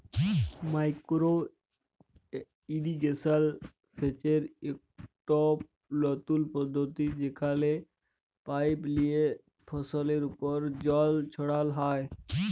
micro irrigation সেচের ইকট লতুল পদ্ধতি যেখালে পাইপ লিয়ে ফসলের উপর জল ছড়াল হ্যয়